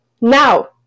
now